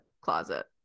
closet